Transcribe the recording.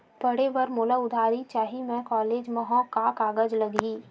पढ़े बर मोला उधारी चाही मैं कॉलेज मा हव, का कागज लगही?